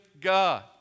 God